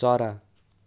चरा